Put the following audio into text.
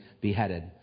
beheaded